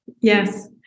Yes